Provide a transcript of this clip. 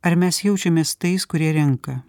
ar mes jaučiamės tais kurie renka